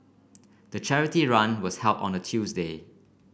the charity run was held on a Tuesday